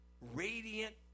radiant